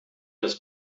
das